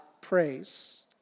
praise